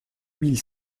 mille